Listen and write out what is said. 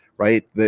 Right